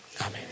Amen